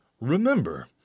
Remember